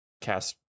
cast